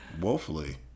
woefully